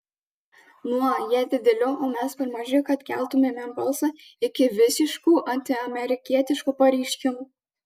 nuo jie dideli o mes per maži kad keltumėme balsą iki visiškų antiamerikietiškų pareiškimų